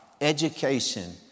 education